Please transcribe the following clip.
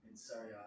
Sorry